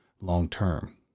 long-term